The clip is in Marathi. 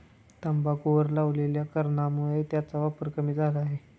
तंबाखूवर लावलेल्या करामुळे त्याचा वापर कमी झाला आहे